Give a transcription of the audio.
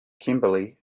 kimberley